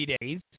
days